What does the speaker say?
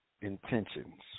intentions